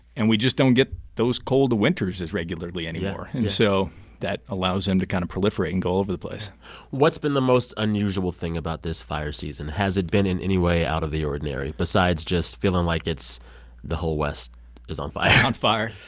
and we just don't get those cold winters as regularly anymore. so that allows them to kind of proliferate and go all over the place what's been the most unusual thing about this fire season? has it been, in any way, out of the ordinary besides just feeling like it's the whole west is on fire? on fire?